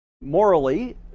morally